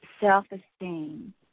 self-esteem